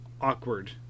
awkward